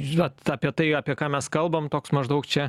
žinot apie tai apie ką mes kalbam toks maždaug čia